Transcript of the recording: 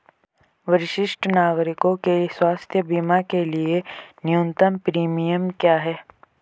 वरिष्ठ नागरिकों के स्वास्थ्य बीमा के लिए न्यूनतम प्रीमियम क्या है?